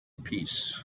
peace